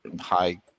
high